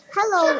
Hello